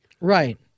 Right